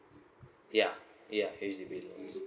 yea yea H_D_B loan